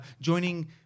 joining